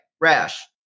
Rash